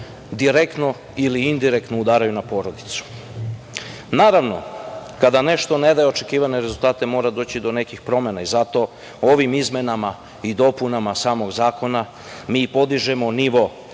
direktno ili indirektno udaraju na porodicu. Naravno, kada nešto ne daje očekivane rezultate, mora doći do nekih promena. Zato ovim izmenama i dopunama samog zakona mi podižemo nivo podrške